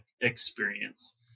experience